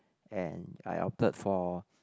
and I opted for